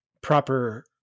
proper